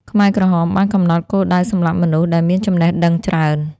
ខ្មែរក្រហមបានកំណត់គោលដៅសម្លាប់មនុស្សដែលមានចំណេះដឹងច្រើន។